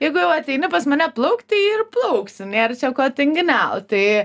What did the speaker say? jeigu jau ateini pas mane plaukt tai ir plauksi nėr čia tinginiaut tai